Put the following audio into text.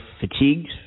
fatigued